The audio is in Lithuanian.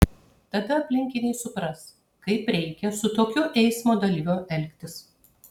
tada aplinkiniai supras kaip reikia su tokiu eismo dalyviu elgtis